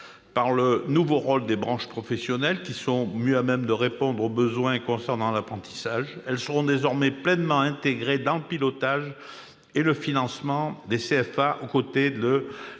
par le nouveau rôle assigné aux branches professionnelles, qui sont mieux à même de répondre aux besoins concernant l'apprentissage. Elles seront désormais pleinement intégrées dans le pilotage et le financement des centres de